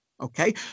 Okay